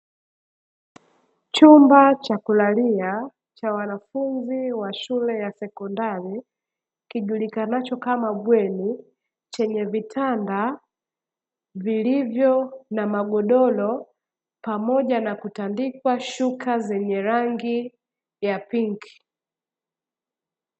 Chumba cha kulalia cha wanafunzi wa shule ya sekondari, kijulikanacho kama bweni, chenye vitanda vilivyo na magodoro pamoja na kutandikwa shuka zenye rangi ya pinki.